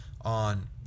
on